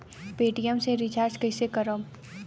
Paytm से recharge कईसे करम?